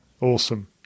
Awesome